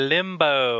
Limbo